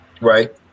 Right